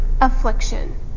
affliction